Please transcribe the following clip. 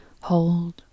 hold